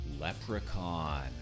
Leprechaun